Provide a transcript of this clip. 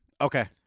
Okay